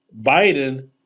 Biden